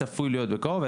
זה צפוי להיות בקרוב.